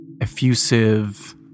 effusive